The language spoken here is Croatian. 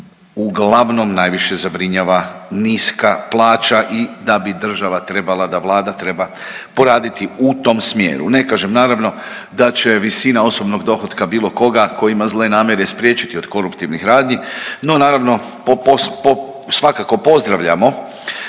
uglavnom najviše zabrinjava niska plaća i da bi država trebala da Vlada treba poraditi u tom smjeru. Ne kažem naravno da će visina osobnog dohotka bilo koga tko ima zle namjere spriječiti od koruptivnih radnji, no naravno po, svakako pozdravljamo